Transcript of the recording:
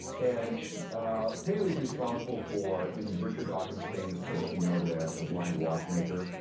and paley's responsible for, in richard dawkin's famous book, you know, the the blind watchmaker,